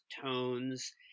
tones